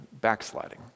backsliding